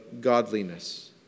godliness